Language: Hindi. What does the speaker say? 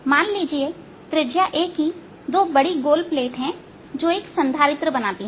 मान लीजिए त्रिज्या A की दो बड़ी गोल प्लेट है जो एक संधारित्र बनाती हैं